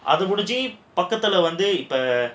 அது முடிஞ்சி பக்கத்துல வந்து இப்ப:adhu mudinji pakkathula vandhu ippo